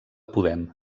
podem